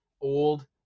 old